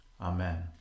Amen